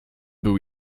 był